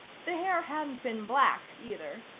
the hair hadn't been black, either,